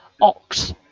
Ox